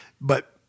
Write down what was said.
But-